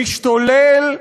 משתולל,